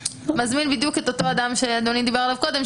מזמין בדיוק את אותו אדם שאדוני דיבר עליו קודם,